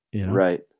Right